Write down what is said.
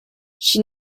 she